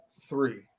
three